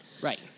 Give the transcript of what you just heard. Right